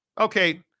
okay